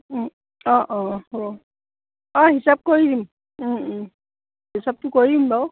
অঁ অঁ হ'ব হিচাপ কৰি দিম হিচাপটো কৰি দিম বাৰু